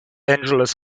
angeles